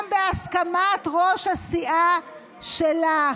גם בהסכמת ראש הסיעה שלך.